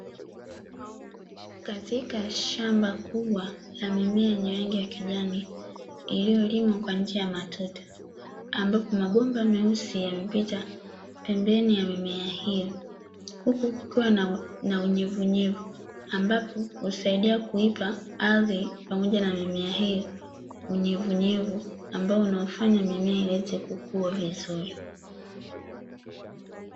Katika shamba kubwa la mimea yenye rangi ya kijani, iliyolimwa kwa njia ya matuta. Ambapo mabomba meusi yamepita pembeni ya mimea hiyo, huku kukiwa na unyevunyevu ambapo husaidia kuweka ardhi pamoja na mimea hiyo unyevunyevu ambao unaifanya mimea iweze kukua vizuri.